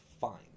fine